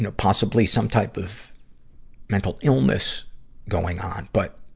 and possibly some type of mental illness going on. but,